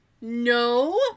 No